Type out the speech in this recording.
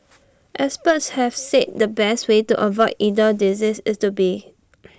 experts have said the best way to avoid either disease is to be